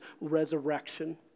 resurrection